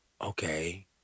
Okay